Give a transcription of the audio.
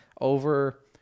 Over